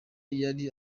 yari